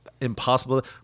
impossible